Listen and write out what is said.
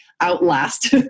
outlast